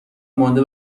مانده